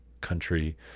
country